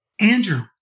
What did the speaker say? Andrew